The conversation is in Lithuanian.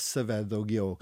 save daugiau